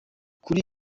kuri